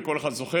וכל אחד זוכר,